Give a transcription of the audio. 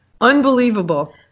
Unbelievable